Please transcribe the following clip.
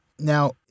Now